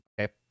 Okay